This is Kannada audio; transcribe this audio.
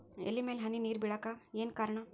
ಎಲೆ ಮ್ಯಾಲ್ ಹನಿ ನೇರ್ ಬಿಳಾಕ್ ಏನು ಕಾರಣ?